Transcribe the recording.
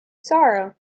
sorrow